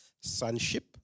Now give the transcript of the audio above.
sonship